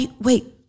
wait